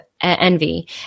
envy